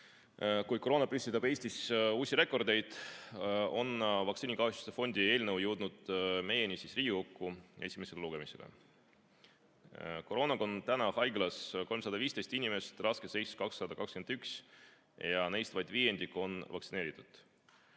kui koroona püstitab Eestis uusi rekordeid, on vaktsiinikahjustuste fondi eelnõu jõudnud meile Riigikokku esimesele lugemisele. Koroonaga on täna haiglas 315 inimest, raskes seisus 221 ja neist vaid viiendik on vaktsineeritud.